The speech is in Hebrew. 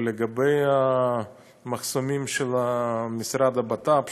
לגבי המחסומים של המשרד לביטחון פנים,